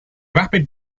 rapid